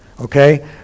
okay